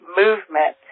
movement